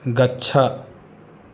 गच्छ